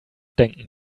denken